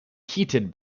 heated